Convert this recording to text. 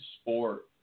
sport